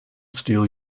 steal